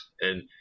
And-